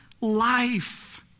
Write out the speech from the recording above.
life